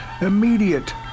immediate